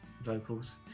vocals